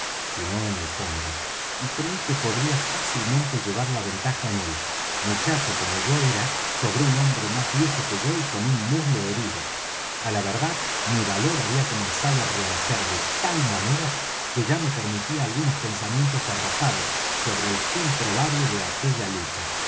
en el fondo y creí que podría fácilmente llevar la ventaja en él muchacho como yo era sobre un hombre más viejo que yo y con un muslo herido á la verdad mi valor había comenzado á renacer de tal manera que ya me permitía algunos pensamientos arrojados sobre el fin probable de aquella lucha